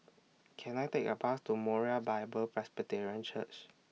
Can I Take A Bus to Moriah Bible Presbyterian Church